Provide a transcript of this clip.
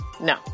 no